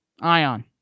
Ion